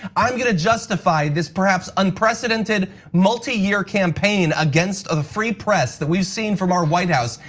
i'm gonna justify this perhaps unprecedented multi year campaign against the free press that we've seen from our white house.